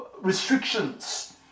restrictions